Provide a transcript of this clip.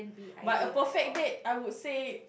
but a perfect date I would say